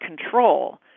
control